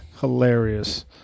Hilarious